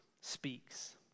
speaks